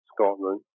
Scotland